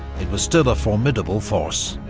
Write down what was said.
it was still a formidable force.